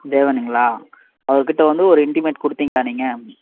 தேவனுங்களா அவர் கிட்டே வந்து ஒரு இன்டிமென்ட் கொடுத்தீங்ளா நீங்கள்